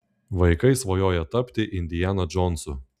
vaikai svajoja tapti indiana džonsu